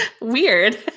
weird